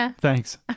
Thanks